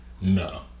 no